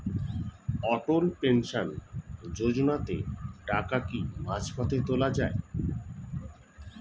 অটল pension যোজনাতে টাকা কি মাঝপথে তোলা যায়?